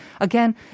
again